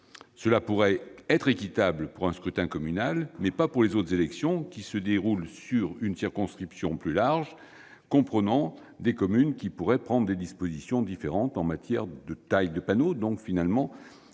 Cela pourrait être équitable pour un scrutin communal, mais pas pour les autres élections, qui se déroulent sur une circonscription plus large, comprenant des communes susceptibles de prendre des dispositions différentes en matière de taille de panneaux, donc de